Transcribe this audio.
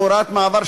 כהוראת מעבר,